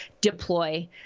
deploy